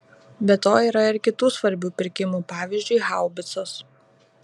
be to yra ir kitų svarbių pirkimų pavyzdžiui haubicos